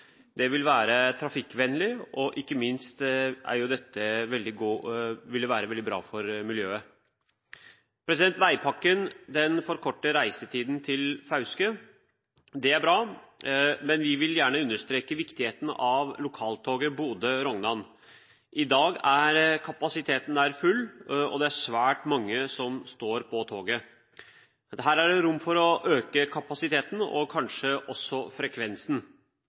det vil være trafikkvennlig, og ikke minst vil det være veldig bra for miljøet. Veipakken forkorter reisetiden til Fauske. Det er bra, men vi vil gjerne understreke viktigheten av lokaltoget Bodø–Rognan. I dag er kapasiteten nær full, og det er svært mange som står på toget. Her er det rom for å øke kapasiteten og kanskje også frekvensen.